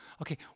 Okay